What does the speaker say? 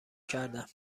کردم